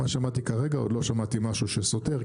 עוד לא שמעתי משהו שסותר,